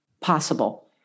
possible